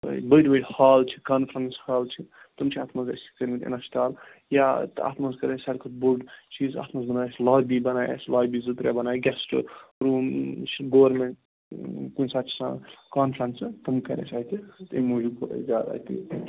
بٔڈۍ بٔڈۍ ہال چھِ کانفرنٕس ہال چھِ تِم چھِ اَتھ منٛز أسۍ کٔرۍمٕتۍ اِنَسٹال یا تہٕ اَتھ منٛز کٔرِ اَسہِ سارِی کھۄتہٕ بوٚڈ چیٖز اَتھ منٛز بَناے اَسہِ لابی بَنایہِ اَسہِ لابی زٕ ترٛےٚ بَنایہِ گیسٹہٕ روٗم یہِ چھِ گورمِنٛٹ کُنہِ ساتہٕ چھِ آسان کانفرَنسہٕ تِم کَر اَسہِ اَتہِ تَمہِ موٗجوٗب کوٚر اَسہِ زیادٕ اَتہِ